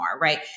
right